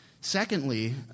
Secondly